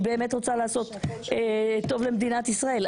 אני באמת רוצה לעשות טוב למדינת ישראל,